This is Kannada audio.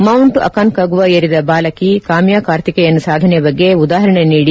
ಮೌಂಟ್ ಅಕಾನ್ನಾಗುವಾ ಏರಿದ ಬಾಲಕಿ ಕಾಮ್ಯಾ ಕಾರ್ತಿಕೇಯನ್ ಸಾಧನೆ ಬಗ್ಗೆ ಉದಾಹರಣೆ ನೀದಿ